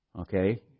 Okay